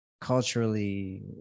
culturally